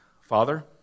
Father